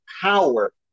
power